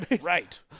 Right